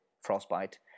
Frostbite